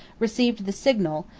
received the signal,